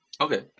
Okay